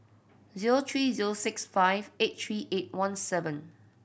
zero three zero six five eight three eight one seven